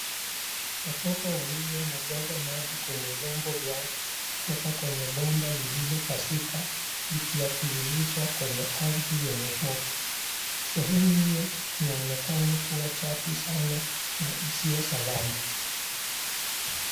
Watoto wawili wanajaza maji kwenye vyombo vyao kutoka kwenye bomba lililopasuka, likiyatiririsha kwenye ardhi yenye tope, sehemu hiyo inaonekana kuwa chafu sana na isiyo salama.